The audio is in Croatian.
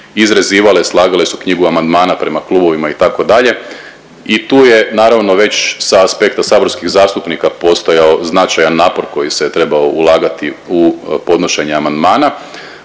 izrezivale, slagale su knjigu amandmana prema klubovima itd. i tu je naravno već sa aspekta saborskih zastupnika postojao značajan napor koji se trebao ulagati u podnošenje amandmana,